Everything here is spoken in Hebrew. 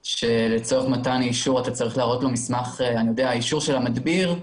שלצורך מתן אישור אתה צריך להראות לו אישור של המדביר,